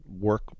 work